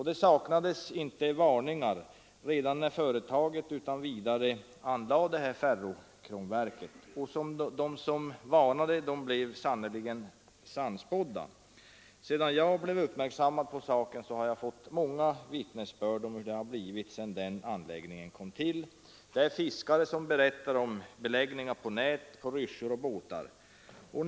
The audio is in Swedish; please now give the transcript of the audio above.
Det saknades inte varningar redan när företaget utan vidare anlade detta ferrokromverk, och de som varnade blev sannerligen sannspådda. Sedan jag gjordes uppmärksam på saken har jag fått många vittnesbörd om hur det blivit sedan den anläggningen kom till. Fiskare berättar om beläggningar på nät, på ryssjor och på båtar.